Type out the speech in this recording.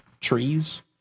Trees